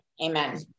amen